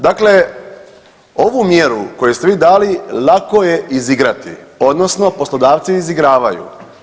Dakle, ovu mjeru koju ste vi dali lako je izigrati odnosno poslodavci izigravaju.